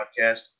podcast